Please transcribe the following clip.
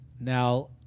now